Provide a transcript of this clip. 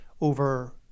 over